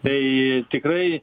tai tikrai